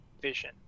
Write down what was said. vision